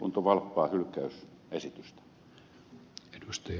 unto valppaan hylkäysesitystä